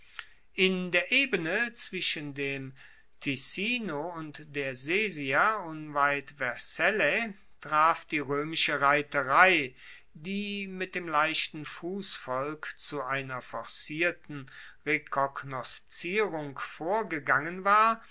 in der ebene zwischen dem ticino und der sesia unweit vercellae traf die roemische reiterei die mit dem leichten fussvolk zu einer forcierten rekognoszierung vorgegangen war